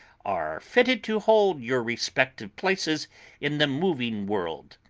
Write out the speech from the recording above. are fitted to hold your respective places in the moving world,